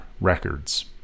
Records